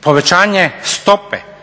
Povećanje stope